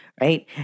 right